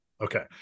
Okay